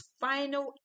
final